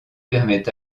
permet